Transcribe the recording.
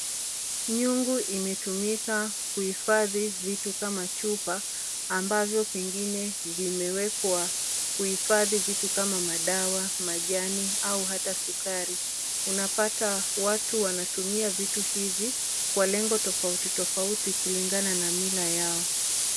Nyungu imetumika kuhifadhi vitu kama chupa, ambavyo pengine vimewekwa kuhifadhi vitu kama madawa, majani au hata sukari. Unapata watu wanatumia vitu hivi, kwa lengo tofauti tofauti kulingana na mila yao.